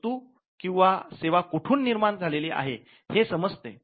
वस्तू किंवा सेवा कुठून निर्माण झालेली आहे हे समजते